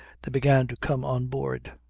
they began to come on board.